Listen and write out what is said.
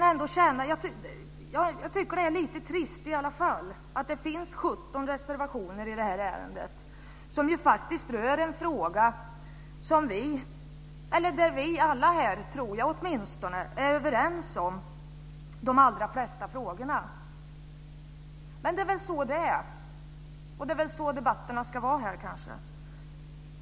Därför tycker jag att det är lite trist att det finns 17 reservationer i det här ärendet som rör ett område där vi alla är överens i de allra flesta frågorna. Men det är väl så det är, och det är kanske så debatterna ska vara här.